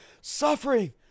suffering